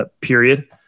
period